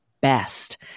best